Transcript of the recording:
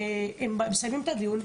הם מסיימים את הדיון,